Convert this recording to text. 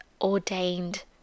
ordained